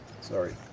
Sorry